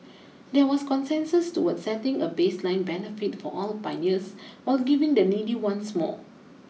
there was consensus towards setting a baseline benefit for all pioneers while giving the needy ones more